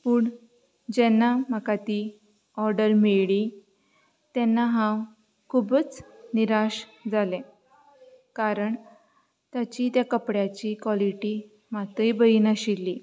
पूण जेन्ना म्हाका ती ऑर्डर मेळ्ळी तेन्ना हांव खुबूच निराश जालें कारण ताची त्या कपड्याची क्वॉलिटी मातूय बरी नाशिल्ली